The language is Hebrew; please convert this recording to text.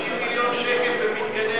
50 מיליון שקל במתקני